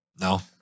No